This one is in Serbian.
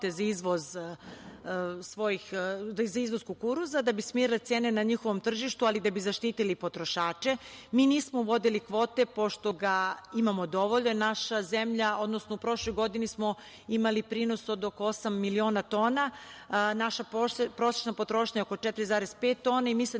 za izvoz kukuruza, da bi smirili cena na njihovom tržištu ali da bi zaštititi potrošače. Mi nismo uvodili kvote pošto ga imamo dovoljno. Naša zemlja, odnosno u prošloj godini smo imali prinos od oko osam miliona tona. Naša prosečna potrošnja je oko 4,5 tona i mi se